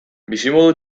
bizimodu